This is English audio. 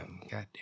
Goddamn